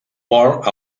port